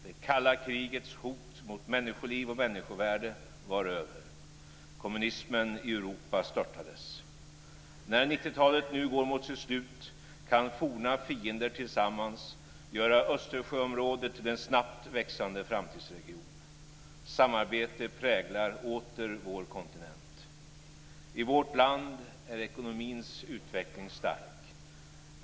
Det kalla krigets hot mot människoliv och människovärde var över. Kommunismen i Europa störtades. När 90-talet nu går mot sitt slut kan forna fiender tillsammans göra Östersjöområdet till en snabbt växande framtidsregion. Samarbete präglar åter vår kontinent. I vårt land är ekonomins utveckling stark.